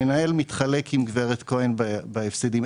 המנהל מתחלק עם גברת כהן בהפסדים.